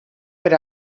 per